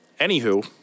Anywho